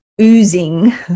oozing